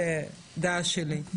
זו דעה שלי,